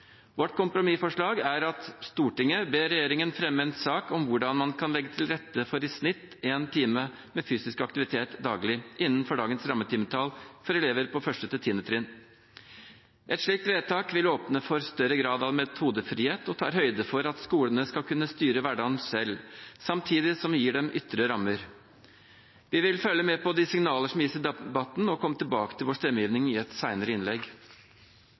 Vårt kompromissforslag er: «Stortinget ber regjeringen fremme en sak om hvordan man kan legge til rette for i snitt én time med fysisk aktivitet daglig, innenfor dagens rammetimetall, for elever på 1.–10. trinn.» Et slikt vedtak ville åpne for større grad av metodefrihet og tar høyde for at skolene skal kunne styre hverdagen selv, samtidig som vi gir dem ytre rammer. Vi vil følge med på de signaler som gis i debatten, og komme tilbake til vår stemmegivning i et senere innlegg.